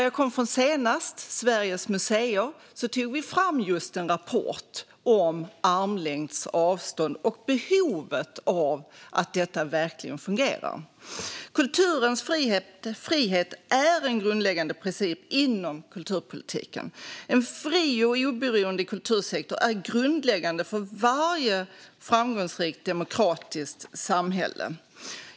Jag kommer senast från Sveriges Museer, och där tog vi fram en rapport om just armlängds avstånd och behovet av att detta verkligen fungerar. Kulturens frihet är en grundläggande princip inom kulturpolitiken. En fri och oberoende kultursektor är grundläggande för varje framgångsrikt demokratiskt samhälle.